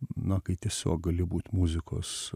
na kai tiesiog gali būt muzikos